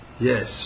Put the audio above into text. yes